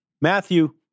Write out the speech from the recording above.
Matthew